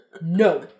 No